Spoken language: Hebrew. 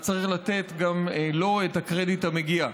אז צריך לתת גם לו את הקרדיט המגיע.